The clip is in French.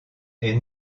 est